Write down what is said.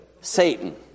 Satan